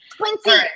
Quincy